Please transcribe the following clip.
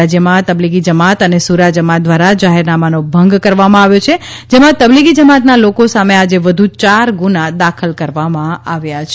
રાજ્યમાં તબલીગી જમાત અને સૂરા જમાત દ્વારા જાહેરનામાં નો ભંગ કરવામાં આવ્યો છે જેમા તબલિગી જમાતના લોકો સામે આજે વધુ ચાર ગુના દાખલ કરવામાં આવ્યા છે